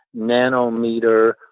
nanometer